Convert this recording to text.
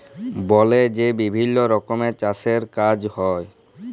বলে যে বিভিল্ল্য রকমের চাষের কাজ হ্যয়